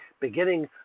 beginning